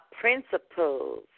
principles